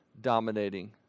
dominating